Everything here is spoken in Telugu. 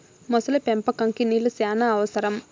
మొసలి పెంపకంకి నీళ్లు శ్యానా అవసరం